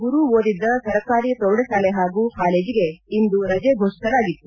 ಗುರು ಓದಿದ್ದ ಸರ್ಕಾರಿ ಪ್ರೌಢಶಾಲೆ ಹಾಗೂ ಕಾಲೇಜಿಗೆ ಇಂದು ರಜೆ ಘೋಷಿಸಲಾಗಿತ್ತು